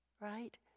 right